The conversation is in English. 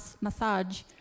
massage